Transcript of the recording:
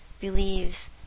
believes